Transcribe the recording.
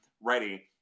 ready